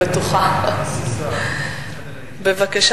בבקשה.